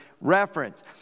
reference